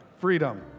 freedom